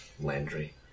Landry